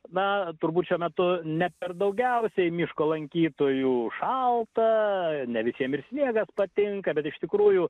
na turbūt šiuo metu ne per daugiausiai miško lankytojų šalta ne visiem ir sniegas patinka bet iš tikrųjų